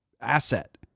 asset